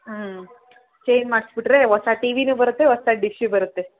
ಹ್ಞೂ ಚೇಂಜ್ ಮಾಡಿಸ್ಬಿಟ್ರೆ ಹೊಸ ಟಿ ವಿಯೂ ಬರುತ್ತೆ ಹೊಸ ಡಿಶ್ಶೂ ಬರುತ್ತೆ